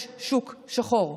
יש שוק שחור.